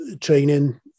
training